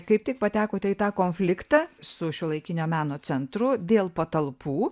kaip tik patekote į tą konfliktą su šiuolaikinio meno centru dėl patalpų